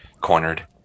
cornered